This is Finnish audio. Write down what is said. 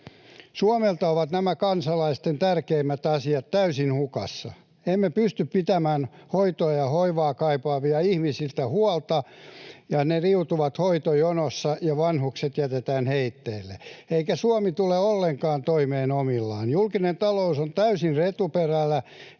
Suomelta ovat nämä kansalaisten tärkeimmät asiat täysin hukassa. Emme pysty pitämään hoitoa ja hoivaa kaipaavista ihmistä huolta: he riutuvat hoitojonoissa, ja vanhukset jätetään heitteille. Suomi ei tule ollenkaan toimeen omillaan. Julkinen talous on täysin retuperällä,